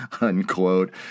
unquote